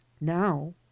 now